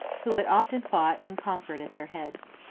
who had often fought and conquered at their head.